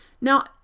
Now